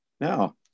Now